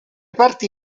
parti